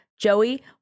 Joey